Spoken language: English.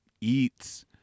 eats